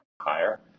higher